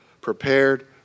prepared